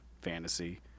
fantasy